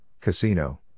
Casino